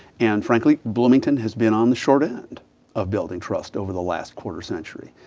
and frankly, bloomington has been on the short end of building trust over the last quarter century.